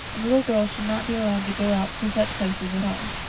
and little girls should not be allowed to go out to such places at all.